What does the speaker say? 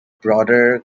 broader